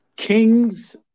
kings